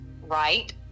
right